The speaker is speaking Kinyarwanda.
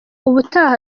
ubutaha